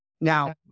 Now